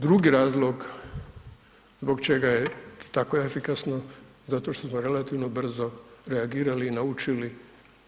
Drugi razlog zbog čega je tako efikasno, zato što smo relativno brzo reagirali i naučili